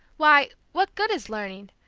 why, what good is learning,